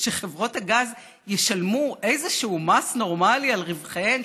שחברות הגז ישלמו איזשהו מס נורמלי על רווחיהן,